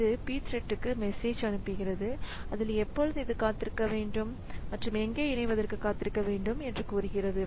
இது pthread க்கு message அனுப்புகிறது அதில் எப்பொழுது இது காத்திருக்க வேண்டும் மற்றும் எங்கே இணைவதற்கு காத்திருக்க வேண்டும் என்று கூறுகிறது